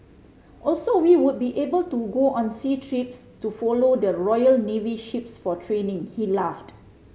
also we would be able to go on sea trips to follow the Royal Navy ships for training he laughed